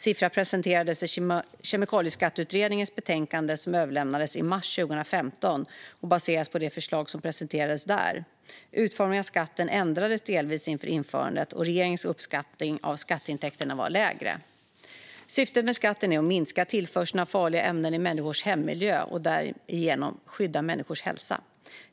Siffran presenterades i Kemikalieskatteutredningens betänkande, som överlämnades i mars 2015, och baseras på det förslag som presenterades där. Utformningen av skatten ändrades delvis inför införandet, och regeringens uppskattning av skatteintäkterna var lägre. Syftet med skatten är att minska tillförseln av farliga ämnen i människors hemmiljö och därigenom skydda människors hälsa.